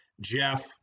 Jeff